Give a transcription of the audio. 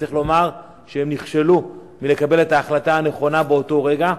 וצריך לומר שהם נכשלו בקבלת ההחלטה הנכונה באותו רגע,